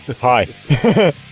hi